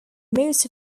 most